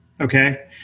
okay